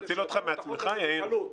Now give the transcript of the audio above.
אתה רוצה שנציל אותך מעצמך, יאיר?